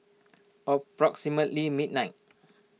approximately midnight